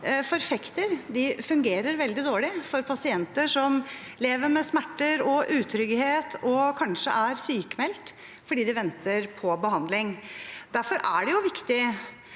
forfekter, fungerer veldig dårlig for pasienter som lever med smerter og utrygghet og kanskje er sykmeldt fordi de venter på behandling. Derfor er det viktig